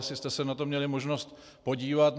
Jestli jste se na to měli možnost podívat.